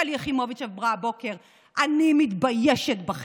שלי יחימוביץ' אמרה הבוקר: אני מתביישת בכן.